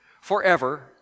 forever